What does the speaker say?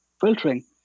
filtering